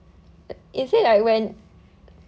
is it like when